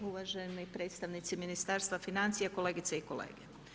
Uvaženi predstavnici ministarstva financija, kolegice i kolege.